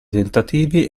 tentativi